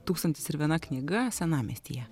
tūkstantis ir viena knyga senamiestyje